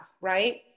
right